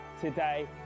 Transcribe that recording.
today